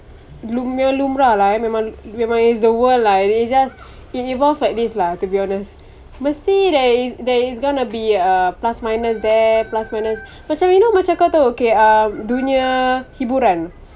lum~ lumrah lah eh memang memang it's the world lah it's just it evolve like this lah to be honest mesti there is there is gonna be uh plus minus there plus minus macam you know macam kau tahu okay uh dunia hiburan